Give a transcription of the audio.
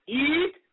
eat